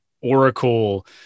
Oracle